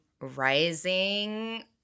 Rising